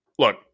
Look